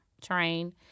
train